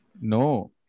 No